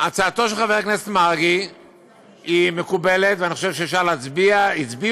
הותאמה לדרישות של הממשלה, והנוסח שוּנה.